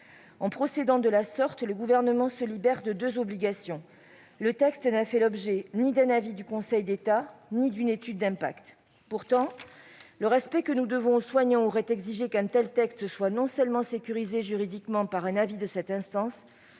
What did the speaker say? En procédant de la sorte, le Gouvernement se libère de deux obligations : le texte n'a fait l'objet ni d'un avis du Conseil d'État ni d'une étude d'impact. Pourtant, le respect que nous devons aux soignants aurait exigé qu'un tel texte soit non seulement sécurisé juridiquement par un avis du Conseil d'État,